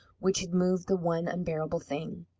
which had moved the one unbearable thing.